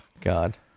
God